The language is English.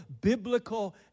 biblical